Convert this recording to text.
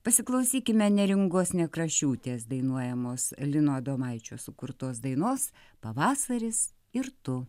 pasiklausykime neringos nekrašiūtės dainuojamos lino adomaičio sukurtos dainos pavasaris ir tu